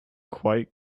quite